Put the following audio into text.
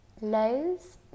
lows